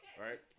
right